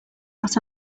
what